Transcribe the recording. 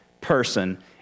person